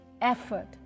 effort